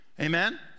Amen